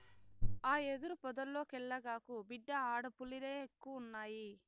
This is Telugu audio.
ఆ యెదురు పొదల్లోకెల్లగాకు, బిడ్డా ఆడ పులిలెక్కువున్నయి